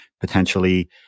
potentially